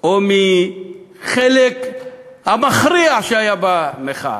או מהחלק המכריע שהיה במחאה.